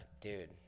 dude